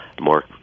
more